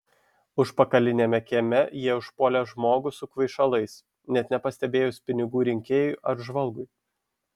užpakaliniame kieme jie užpuolė žmogų su kvaišalais net nepastebėjus pinigų rinkėjui ar žvalgui